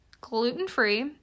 gluten-free